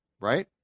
right